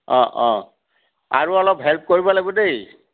অঁ অঁ আৰু অলপ হেল্প কৰিব লাগিব দেই